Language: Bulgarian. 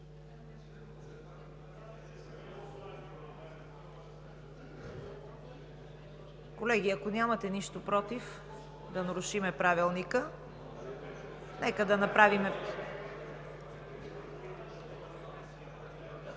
Колеги, ако нямате нищо против да нарушим Правилника, нека да направим